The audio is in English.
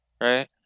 right